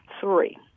three